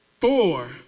Four